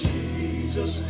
Jesus